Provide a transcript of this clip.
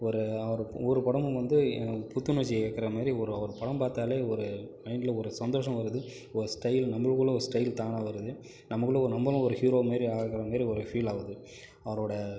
ஒரு அவருக்கு ஒவ்வொரு படமும் வந்து புத்துணர்ச்சி ஏற்றுறமாரி ஒரு அவர் படம் பாத்தால் ஒரு மைண்டில் ஒரு சந்தோசம் வருது ஒரு ஸ்டைல் நம்மளுக்குள்ள ஒரு ஸ்டைல் தானாக வருது நம்மக்குள்ளே நம்மளும் ஒரு ஹீரோ மாதிரி ஆகிற மாதிரி ஒரு ஃபீல் ஆகுது அதோடு